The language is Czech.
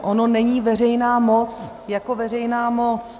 Ona není veřejná moc jako veřejná moc.